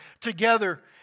together